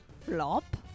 Flop